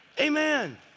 Amen